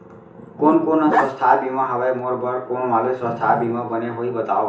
कोन कोन स्वास्थ्य बीमा हवे, मोर बर कोन वाले स्वास्थ बीमा बने होही बताव?